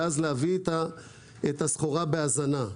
ואז להביא את הסחורה בהזנה.